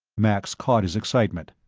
max caught his excitement.